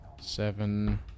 seven